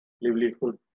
livelihood